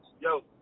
Yo